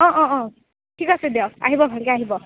অঁ অঁ অঁ ঠিক আছে দিয়ক আহিব ভালকৈ আহিব